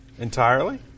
Entirely